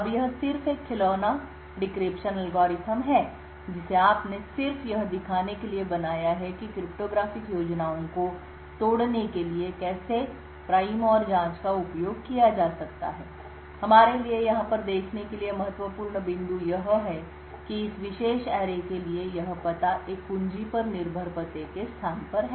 अब यह सिर्फ एक खिलौना डिक्रिप्शन एल्गोरिथ्म है जिसे आपने सिर्फ यह दिखाने के लिए बनाया है कि क्रिप्टोग्राफिक योजनाओं को तोड़ने के लिए कैसे प्राइम और जांच का उपयोग किया जा सकता है हमारे लिए यहाँ पर देखने के लिए महत्वपूर्ण बिंदु यह है कि इस विशेष अरेसरणी के लिए यह पता एक कुंजी पर निर्भर पते के स्थान पर है